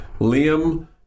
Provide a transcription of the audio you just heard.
Liam